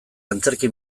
antzerki